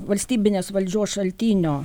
valstybinės valdžios šaltinio